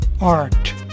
art